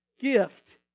Gift